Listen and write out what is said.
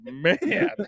man